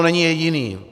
Není jediný.